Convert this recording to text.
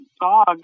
dog